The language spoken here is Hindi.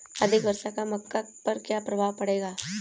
अधिक वर्षा का मक्का पर क्या प्रभाव पड़ेगा?